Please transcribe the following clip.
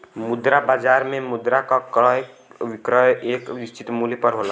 मुद्रा बाजार में मुद्रा क क्रय विक्रय एक निश्चित मूल्य पर होला